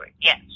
yes